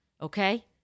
Okay